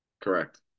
Correct